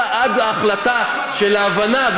אני עוצר אותה עד ההחלטה של ההבנה,